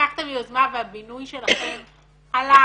לקחתם יוזמה והבינוי שלכם הלך,